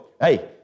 hey